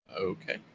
Okay